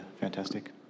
fantastic